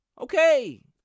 Okay